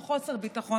או חוסר ביטחון,